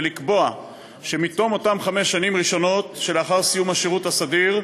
ולקבוע שמתום אותן חמש שנים ראשונות שלאחר סיום השירות הסדיר,